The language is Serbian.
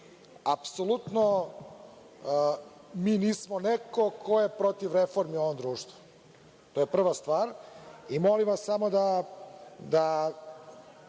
Apsolutno mi nismo neko ko je protiv reforme u ovom društvu. To je prva stvar. Molim vas samo da